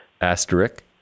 Asterisk